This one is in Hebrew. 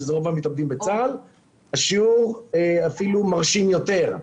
שזה רוב המתאבדים בצה"ל, השיעור אפילו מרשים יותר.